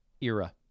era